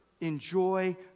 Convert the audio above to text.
enjoy